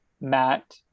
Matt